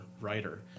writer